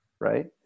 right